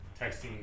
texting